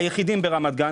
היחידים ברמת גן,